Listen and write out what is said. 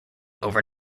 over